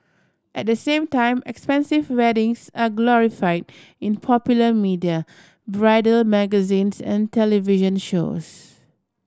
at the same time expensive weddings are glorify in popular media bridal magazines and television shows